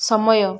ସମୟ